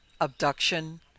abduction